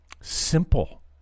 simple